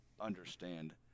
understand